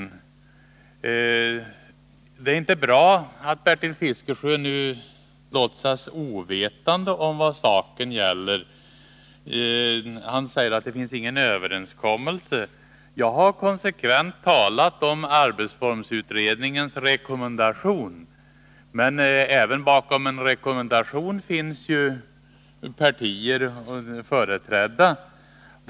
Det Onsdagen den är inte bra att Bertil Fiskesjö nu låtsas ovetande om vad saken gäller. Han 1 april 1981 säger att det inte finns någon överenskommelse. Jag har konsekvent talat om arbetsformsutredningens rekommendation. Men även bakom en rekommendation finns ju företrädare för partierna.